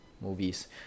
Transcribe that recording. Movies